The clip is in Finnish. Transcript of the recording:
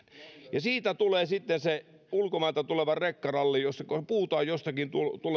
ja siitä tulee sitten se ulkomailta tuleva rekkaralli koska puuta on jostakin